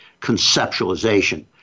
conceptualization